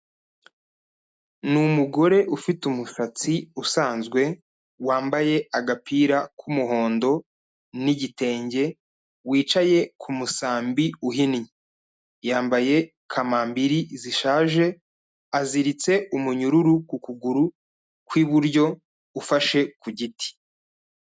Ni umugore ufite umusatsi usanzwe, wambaye agapira k'umuhondo n'igitenge, wicaye ku musambi uhinnye. Yambaye kamambiri zishaje, aziritse umunyururu ku kuguru kw'iburyo ufashe ku giti.